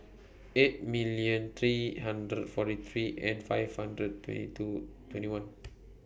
eight million three hundred forty three and five hundred twenty two twenty one